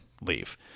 leave